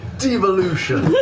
devolution.